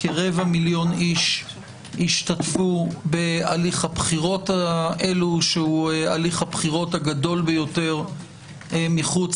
כרבע מיליון איש השתתפו בהליך הבחירות האלו שהוא הגדול ביותר מחוץ